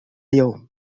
يوم